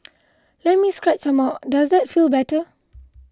let me scratch some more does that feel better